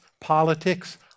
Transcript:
politics